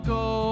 go